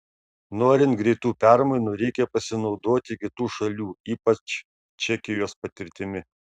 norint greitų permainų reikia pasinaudoti kitų šalių ypač čekijos patirtimi